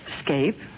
Escape